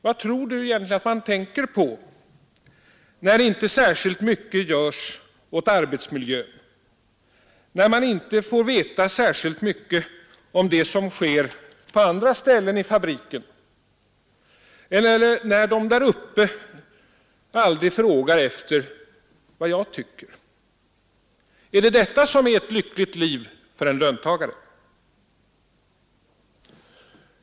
Vad tror du egentligen att man tänker på när inte särskilt mycket görs åt arbetsmiljön, när man inte får veta särskilt mycket om det som sker på andra ställen i fabriken eller när de där uppe aldrig frågar efter vad jag tycker? Är det detta som är ett lyckligt liv för en löntagare?